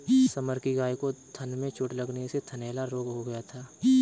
summer की गाय को थन में चोट लगने से थनैला रोग हो गया था